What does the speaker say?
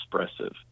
expressive